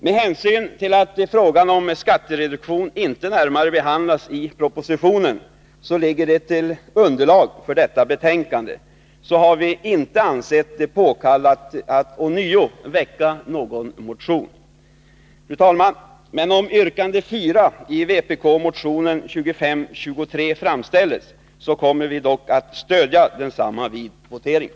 Med hänsyn till att frågan om skattereduktion inte närmare behandlas i propositionen, som ligger till underlag för detta betänkande, har vi inte ansett det påkallat att ånyo väcka någon motion. Fru talman! Om yrkande 4 i vpk-motionen 2523 framställes, kommer vi dock att stödja densamma vid voteringen.